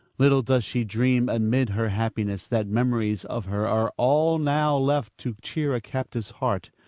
little does she dream amid her happiness that memories of her are all now left to cheer a captive's heart.